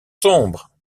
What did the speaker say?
sombres